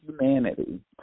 humanity